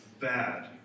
bad